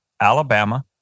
Alabama